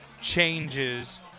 changes –